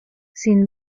sin